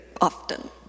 often